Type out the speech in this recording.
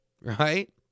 right